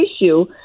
issue